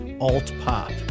alt-pop